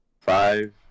Five